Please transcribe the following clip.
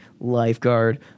lifeguard